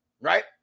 right